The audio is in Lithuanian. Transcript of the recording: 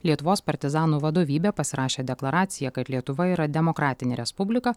lietuvos partizanų vadovybė pasirašė deklaraciją kad lietuva yra demokratinė respublika